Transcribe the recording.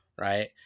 right